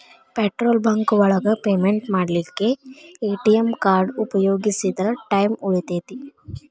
petrol bunk ಒಳಗ payment ಮಾಡ್ಲಿಕ್ಕೆ ATM card ಉಪಯೋಗಿಸಿದ್ರ ಟೈಮ್ ಉಳಿತೆತಿ